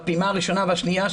בפעימה הראשונה והשנייה,